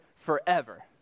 forever